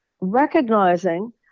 recognizing